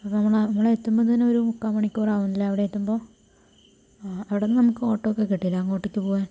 അതാണ് അവടെ എത്തുമ്പോൾ തന്നെ ഒരു മുക്കാൽ മണിക്കുറാവും ലേ അവിടെ എത്തുമ്പോൾ ആ അവിടുന്ന് നമക്ക് ഓട്ടോ ഒക്കെ കിട്ടില്ലേ അങ്ങോട്ടേക്ക് പോകാൻ